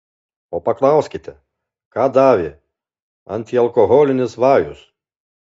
o paklauskite ką davė antialkoholinis vajus